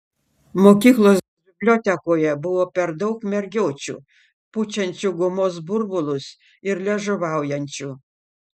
mokyklos bibliotekoje buvo per daug mergiočių pučiančių gumos burbulus ir liežuvaujančių